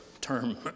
term